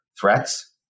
threats